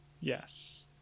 Yes